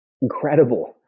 incredible